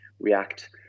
react